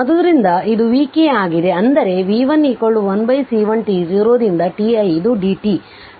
ಆದ್ದರಿಂದ ಇದು vk ಆಗಿದೆ ಅಂದರೆv1 1C1 t0 ರಿಂದ t i ಇದು dt v1 t0